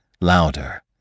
louder